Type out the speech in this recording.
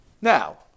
Now